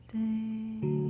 day